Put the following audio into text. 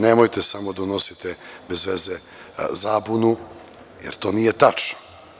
Nemojte samo da unosite bez veze zabunu, jer to nije tačno.